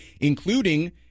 including